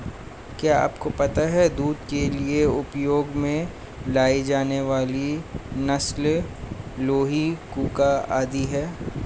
क्या आपको पता है दूध के लिए उपयोग में लाई जाने वाली नस्ल लोही, कूका आदि है?